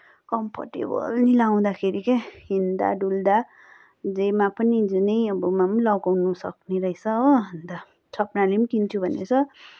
comfortable नि लगाउँदाखेरि के हिँड्दाडुल्दा जेमा पनि जुनै उयोमा पनि अब लगाउनसक्ने रहेछ हो अन्त स्वप्नाले पनि किन्छु भन्दैछ